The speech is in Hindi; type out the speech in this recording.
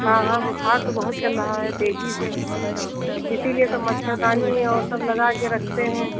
हाँ हाँ बुख़ार तो बहुत चल रहा है तेज़ी से इसीलिए तो मच्छरदानी और सब लगाकर रखते हैं